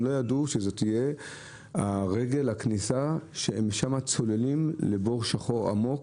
הם לא ידעו שזאת תהיה הכניסה שממנה צוללים לבור שחור עמוק,